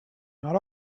not